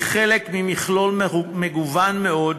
היא חלק ממכלול מגוון מאוד